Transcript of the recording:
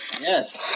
Yes